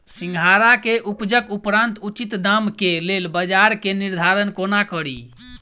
सिंघाड़ा केँ उपजक उपरांत उचित दाम केँ लेल बजार केँ निर्धारण कोना कड़ी?